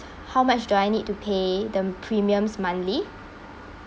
how much do I need to pay the premiums monthly